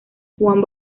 juan